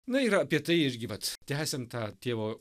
na yra apie tai irgi vat tęsiant tą tėvo taip pat